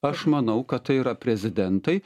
aš manau kad tai yra prezidentai